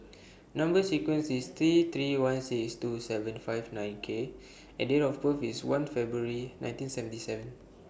Number sequence IS T three one six two seven five nine K and Date of birth IS one February nineteen seventy seven